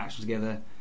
together